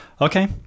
Okay